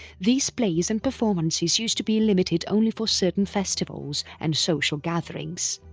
these plays and performances used to be limited only for certain festivals and social gatherings.